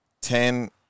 ten